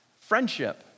friendship